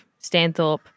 Stanthorpe